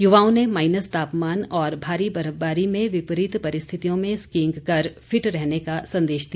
युवाओं ने माईनस तापमान और भारी बर्फबारी में विपरीत परिस्थितियों में स्कीईग कर फिट रहने का संदेश दिया